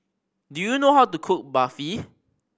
do you know how to cook Barfi